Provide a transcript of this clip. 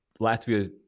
Latvia